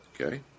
Okay